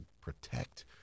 protect